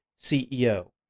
CEO